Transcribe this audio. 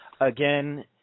again